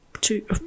two